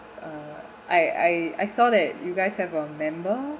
uh I I I saw that you guys have a member